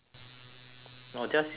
no theirs is focus group